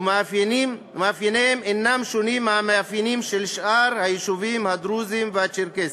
ומאפייניהם אינם שונים מהמאפיינים של שאר היישובים הדרוזיים והצ'רקסיים,